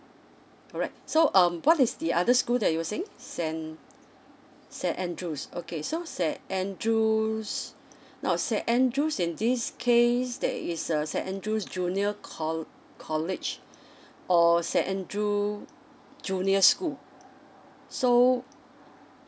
alright so um what is the other school that you were saying saint saint andrews okay so saint andrews now saint andrews in this case there is a saint andrews junior coll~ college or saint andrew junior school so